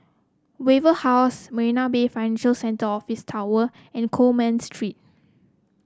Wave House Marina Bay Financial Centre and Office Tower and Coleman Street